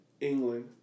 England